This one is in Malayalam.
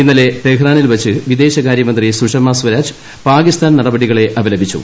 ഇന്നലെ ടെഹ്റാനിൽ വച്ച് വിദേശകാര്യമന്ത്രി സുഷമസ്വരാജ് പാകിസ്ഥാൻ നടപടികളെ അപലപിച്ചു